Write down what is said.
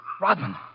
Rodman